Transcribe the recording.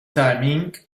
timing